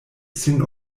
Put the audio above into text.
sin